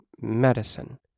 medicine